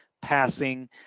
passing